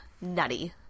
nutty